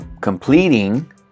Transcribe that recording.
completing